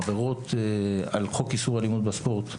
עבירות על חוק איסור אלימות בספורט,